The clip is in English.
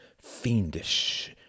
fiendish